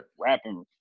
rapping